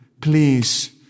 please